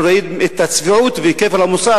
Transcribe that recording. אנחנו רואים את הצביעות וכפל המוסר,